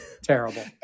Terrible